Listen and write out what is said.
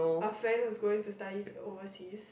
a friend was going to study overseas